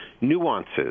nuances